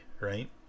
right